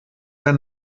der